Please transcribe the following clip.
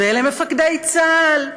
ואלה מפקדי צה"ל,